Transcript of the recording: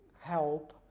help